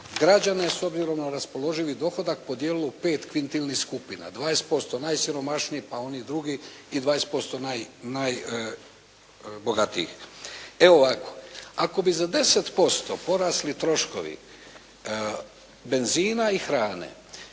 građane s obzirom na raspoloživi dohodak podijelilo u 5 kvintilnih skupina, 20% najsiromašnijih pa onih drugih i 20% najbogatijih. Evo ovako. Ako bi za 10% porasli troškovi benzina i grane,